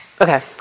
Okay